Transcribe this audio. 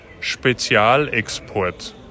Spezialexport